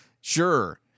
Sure